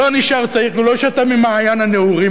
הוא לא נשאר צעיר כי הוא לא שתה ממעיין הנעורים,